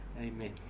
Amen